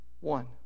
one